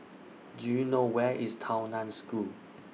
Do YOU know Where IS Tao NAN School